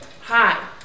hi